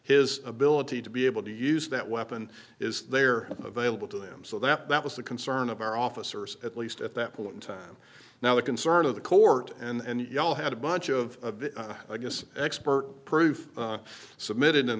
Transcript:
his ability to be able to use that weapon is there available to him so that that was the concern of our officers at least at that point in time now the concern of the court and you all had a bunch of i guess expert proof submitted in